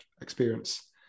experience